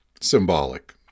symbolic